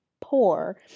poor